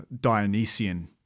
Dionysian